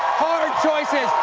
hard choices.